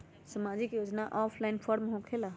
समाजिक योजना offline form होकेला?